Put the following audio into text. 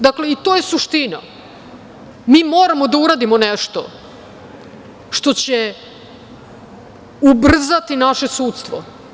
Dakle, to je suština, mi moramo da uradimo nešto što će ubrzati naše sudstvo.